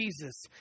Jesus